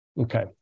Okay